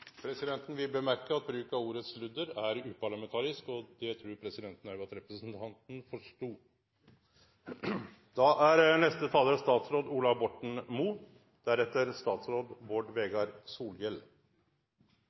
Presidenten vil nemne at bruk av ordet «sludder» er uparlamentarisk, og det tror presidenten at representanten også forstod. Det er